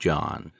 John